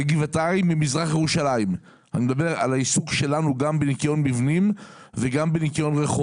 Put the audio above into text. לגבעתיים מביאים עובדים ממזרח ירושלים.